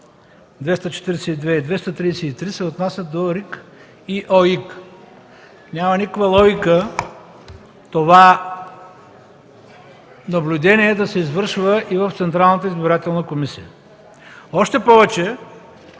242 и чл. 233, се отнасят до РИК и ОИК. Няма никаква логика това наблюдение да се извършва и в Централната избирателна комисия. Още повече,